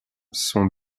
sont